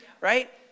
right